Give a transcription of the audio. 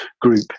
group